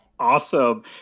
Awesome